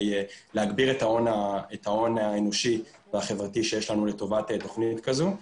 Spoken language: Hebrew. להגביר את ההון האנושי והחברתי שיש לנו לטובת תוכנית כזו.